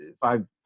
five